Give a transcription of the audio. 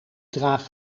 draag